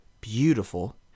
beautiful